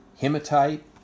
hematite